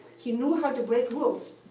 he knew how to break rules.